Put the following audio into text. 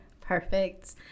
Perfect